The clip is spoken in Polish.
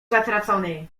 zatracony